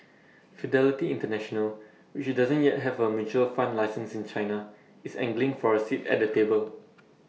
fidelity International which doesn't yet have A mutual fund license in China is angling for A seat at the table